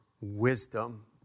wisdom